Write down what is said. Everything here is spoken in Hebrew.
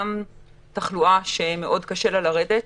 גם תחלואה שמאוד קשה לה לרדת.